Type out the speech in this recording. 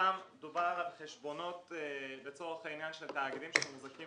שם דובר על חשבונות לצורך העניין של התאגידים שמוחזקים